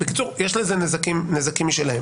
בקיצור, יש לזה נזקים משלהם.